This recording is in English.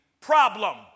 Problem